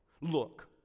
look